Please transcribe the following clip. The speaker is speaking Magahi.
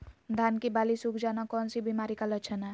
धान की बाली सुख जाना कौन सी बीमारी का लक्षण है?